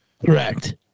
Correct